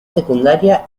secundaria